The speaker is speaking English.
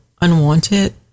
unwanted